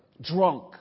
Drunk